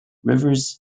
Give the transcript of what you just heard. rivers